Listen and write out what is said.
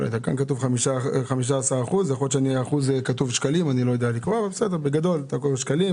כאן כתוב 15%. אם זה יהיה כמו מה שהקראתי,